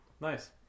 nice